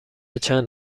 چند